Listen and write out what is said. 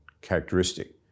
characteristic